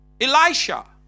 Elisha